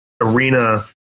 arena